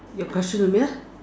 your question to me lah